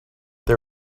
they